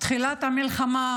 תחילת המלחמה